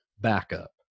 backup